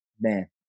Man